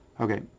Okay